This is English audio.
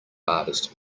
artist